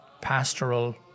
pastoral